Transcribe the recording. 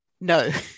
no